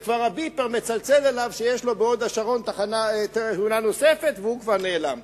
וכבר הביפר מצלצל שיש לו בהוד-השרון תאונה נוספת והוא כבר נעלם,